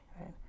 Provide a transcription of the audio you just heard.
right